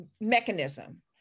mechanism